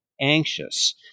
anxious